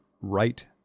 right